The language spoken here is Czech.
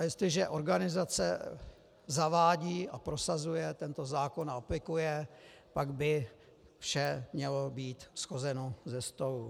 Jestliže organizace zavádí a prosazuje tento zákon a aplikuje, pak by vše mělo být shozeno ze stolu.